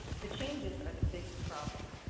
the changes are the biggest problem,